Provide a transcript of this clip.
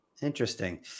Interesting